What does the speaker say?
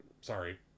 Sorry